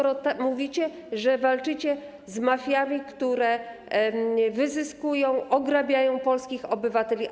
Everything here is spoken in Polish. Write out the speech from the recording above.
Przecież mówicie, że walczycie z mafiami, które wyzyskują i ograbiają polskich obywateli.